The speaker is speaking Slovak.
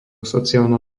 sociálna